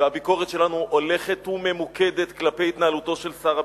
והביקורת שלנו הולכת וממוקדת כלפי התנהלותו של שר הביטחון.